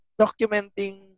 documenting